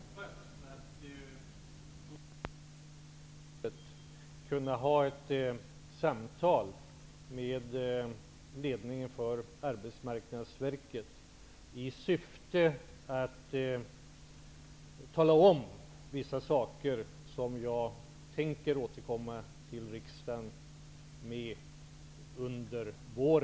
Herr talman! Jag hoppas att före juluppehållet kunna ha ett samtal med ledningen för Arbetsmarknadsverket i syfte att tala om vissa saker, som jag tänker återkomma till riksdagen med under våren.